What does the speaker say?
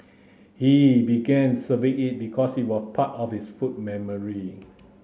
he began serving it because it was part of his food memory